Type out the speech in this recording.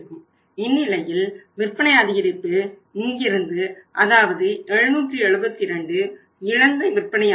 இந்நிலையில் விற்பனை அதிகரிப்பு இங்கிருந்து அதாவது 772 இழந்த விற்பனையாகும்